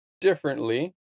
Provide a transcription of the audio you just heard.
differently